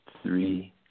Three